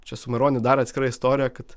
čia su maironiu dar atskira istorija kad